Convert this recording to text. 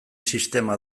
sistema